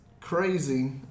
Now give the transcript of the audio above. crazy